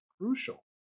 crucial